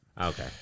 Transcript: Okay